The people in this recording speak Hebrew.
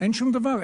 אין שום דבר,